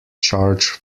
charge